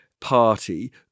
party